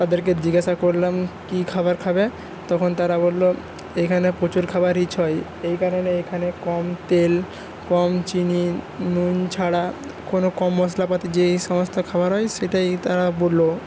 তাদেরকে জিজ্ঞাসা করলাম কী খাবার খাবে তখন তারা বললো এখানে প্রচুর খাবার রিচ হয় এইকারনে এখানে কম তেল কম চিনি নুন ছাড়া কোনো কম মশলাপাতি যেই সমস্ত খাবার হয় সেটাই তারা বললো